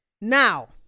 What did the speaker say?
Now